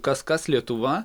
kas kas lietuva